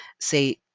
say